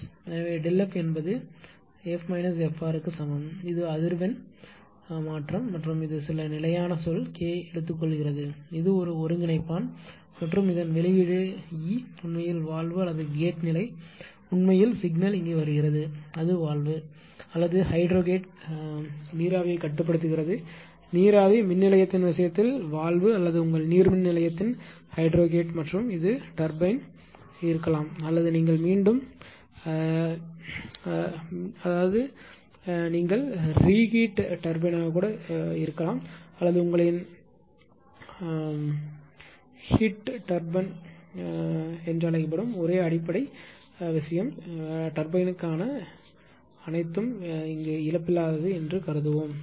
எனவே ΔF என்பது F F r க்கு சமம் இது அதிர்வெண் உரிமை மாற்றம் மற்றும் இது சில நிலையான சொல் K ஐ எடுத்துக்கொள்கிறது இது ஒரு ஒருங்கிணைப்பான் மற்றும் இதன் வெளியீடு E உண்மையில் வால்வு அல்லது கேட் நிலை உண்மையில் சிக்னல் இங்கே வருகிறது அது வால்வு அல்லது ஹைட்ரோகேட் நீராவியை கட்டுப்படுத்துகிறது நீராவி மின் நிலையத்தின் விஷயத்தில் வால்வு அல்லது உங்கள் நீர்மின் நிலையத்தின் ஹைட்ரோகேட் மற்றும் இது டர்பைன்விசையாழியாக இருக்கலாம் அல்லது நீங்கள் மீண்டும் சூடாக்காத விசையாழியாக இருக்கலாம் அல்லது உங்களின் வெப்ப டர்பைன்என்று அழைக்கப்படும் ஒரே அடிப்படை விஷயம் விசையாழிக்கான இழப்பற்றது என கருதுவோம்